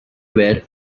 were